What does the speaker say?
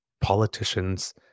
politicians